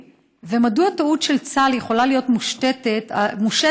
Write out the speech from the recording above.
מדוע טעות של צה"ל צריכה להיות מושתת על